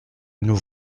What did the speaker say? nous